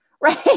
right